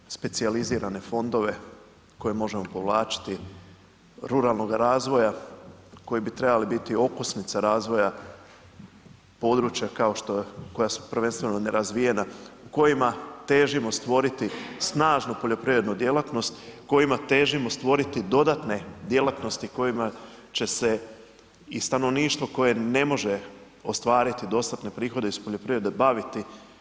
Imamo specijalizirane fondove koje možemo povlačiti, ruralnoga razvoja koji bi trebali biti okusnica razvoja područja koja su prvenstveno nerazvijena, kojima težimo stvoriti snažnu poljoprivrednu djelatnost, kojima težimo stvoriti dodatne djelatnosti kojima će se i stanovništvo koje ne može ostvariti dostatne prihode iz poljoprivrede baviti.